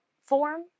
form